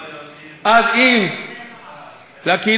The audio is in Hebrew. אז אם לקהילה הבין-לאומית